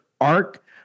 arc